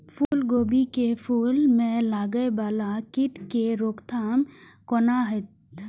फुल गोभी के फुल में लागे वाला कीट के रोकथाम कौना हैत?